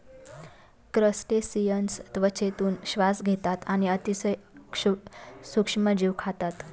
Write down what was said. crustaceans त्वचेतून श्वास घेतात आणि अतिशय सूक्ष्म जीव खातात